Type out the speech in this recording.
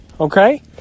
Okay